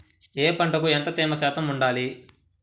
ఏ పంటకు ఎంత తేమ శాతం ఉండాలి?